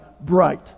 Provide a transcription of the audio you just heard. bright